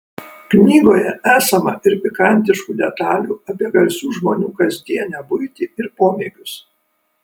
knygoje esama ir pikantiškų detalių apie garsių žmonių kasdienę buitį ir pomėgius